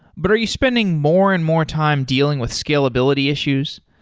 but are you spending more and more time dealing with scalability issues?